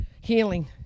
healing